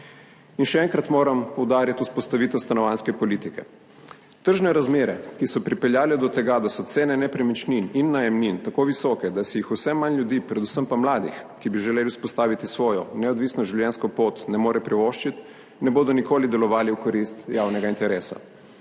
In še enkrat moram poudariti, vzpostavitev stanovanjske politike. Tržne razmere, ki so pripeljale do tega, da so cene nepremičnin in najemnin tako visoke, da si jih vse manj ljudi, predvsem pa mladih, ki bi želeli vzpostaviti svojo neodvisno življenjsko pot, ne more privoščiti, ne bodo nikoli delovali v korist javnega interesa.